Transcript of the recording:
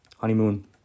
honeymoon